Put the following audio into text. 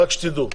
רק שתדעו.